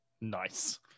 Nice